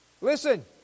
Listen